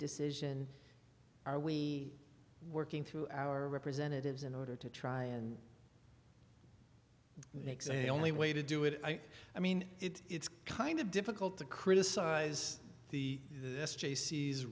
decision are we working through our representatives in order to try and make say only way to do it i mean it's kind of difficult to criticize the this jaycee